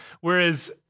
Whereas